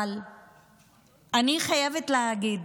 אבל אני חייבת להגיד,